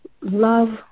love